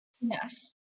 Yes